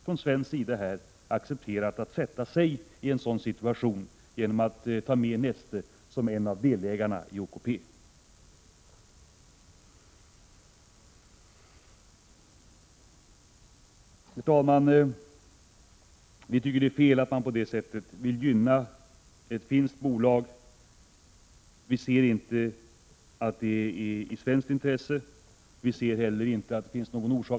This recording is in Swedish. Från svensk sida har staten nu medverkat till att denna situation har uppstått, genom att ta med Neste som en av delägarna i OKP. Vi tycker att det är fel att på detta sätt gynna ett finskt bolag. Vi kan inte finna att det finns tillräckliga orsaker att göra detta. Borde man inte i så fall = Prot.